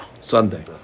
Sunday